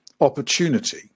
opportunity